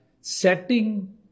setting